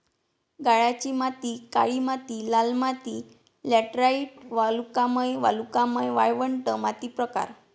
गाळाची माती काळी माती लाल माती लॅटराइट वालुकामय वालुकामय वाळवंट माती प्रकार